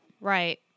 Right